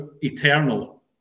eternal